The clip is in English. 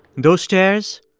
those stairs,